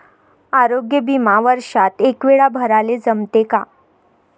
आरोग्य बिमा वर्षात एकवेळा भराले जमते का?